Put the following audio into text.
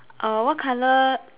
err what colour